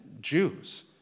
Jews